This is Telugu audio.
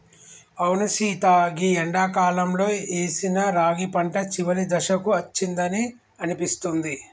అవును సీత గీ ఎండాకాలంలో ఏసిన రాగి పంట చివరి దశకు అచ్చిందని అనిపిస్తుంది